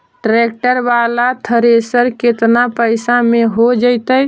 Tractor बाला thresher केतना पैसा में हो जैतै?